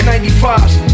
95's